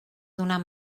donar